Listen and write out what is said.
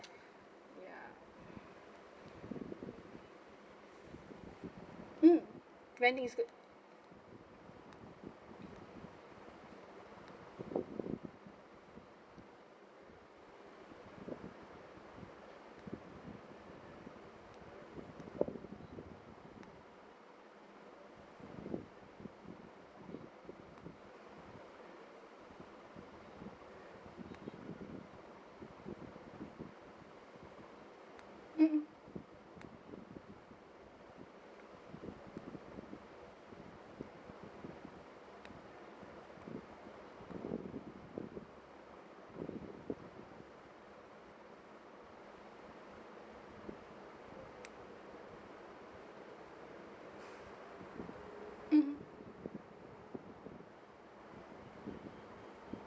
ya mm renting is good mmhmm mmhmm